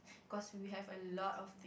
cause we have a lot of